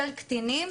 של קטינים,